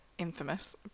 infamous